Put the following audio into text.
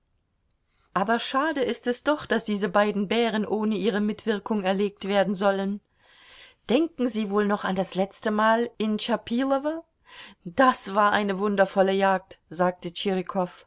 aber schade ist es doch daß diese beiden bären ohne ihre mitwirkung erlegt werden sollen denken sie wohl noch an das letztemal in chapilowo das war eine wundervolle jagd sagte